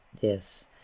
Yes